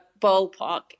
ballpark